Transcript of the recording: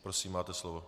Prosím, máte slovo.